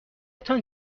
تان